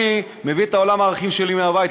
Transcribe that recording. אני מביא את עולם הערכים שלי מהבית,